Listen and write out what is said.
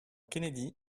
kennedy